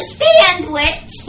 sandwich